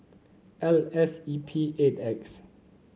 L S E P eight X